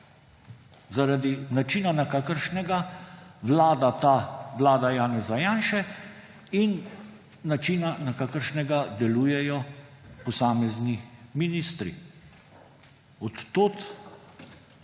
zaradi načina, na kakršnega Vlada, ta vlada Janeza Janše, in načina, na kakršnega delujejo posamezni ministri. Od tod